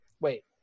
Wait